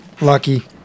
Lucky